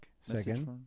second